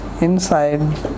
inside